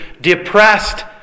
Depressed